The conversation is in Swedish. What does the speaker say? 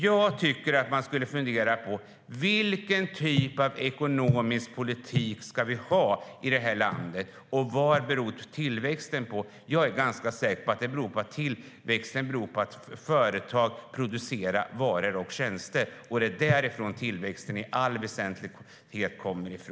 Jag tycker att man ska fundera på vilken typ av ekonomisk politik vi ska ha i det här landet och vad tillväxten beror på. Jag är för min del ganska säker på att tillväxten i allt väsentligt beror på att företag producerar varor och tjänster.